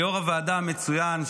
ליו"ר הוועדה המצוין,